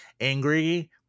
angry